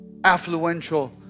affluential